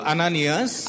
Ananias